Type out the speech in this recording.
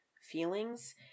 feelings